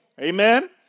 Amen